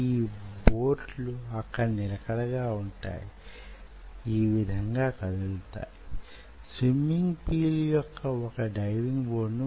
ఈ విధంగా ఆకృతులను తీర్చిదిద్దిన పిమ్మట మీకు పరిమితమైన ప్రదేశం లభ్యమౌతుంది